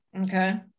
Okay